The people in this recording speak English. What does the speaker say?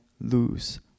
lose